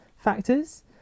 factors